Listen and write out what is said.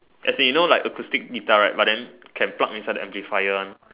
as in you know like acoustic guitar right but then can plug inside the amplifier one